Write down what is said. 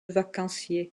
vacanciers